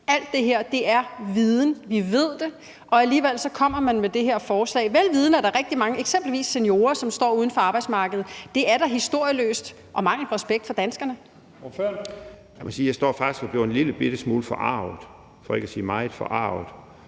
Alt det her er viden. Vi ved det, og alligevel kommer man med det her forslag, vel vidende at der er rigtig mange eksempelvis seniorer, som står uden for arbejdsmarkedet. Det er da historieløst og mangel på respekt for danskerne. Kl. 11:58 Første næstformand (Leif Lahn Jensen): Ordføreren.